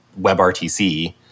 WebRTC